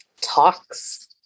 talks